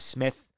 Smith